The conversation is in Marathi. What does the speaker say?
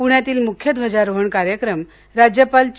पुण्यातील मुख्य ध्वजारोहण कार्यक्रम राज्यपाल चे